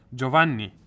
Giovanni